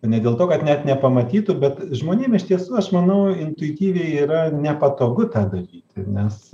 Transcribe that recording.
ne dėl to kad net nepamatytų bet žmonėm iš tiesų aš manau intuityviai yra nepatogu tą daryti nes